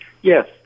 Yes